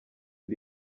iri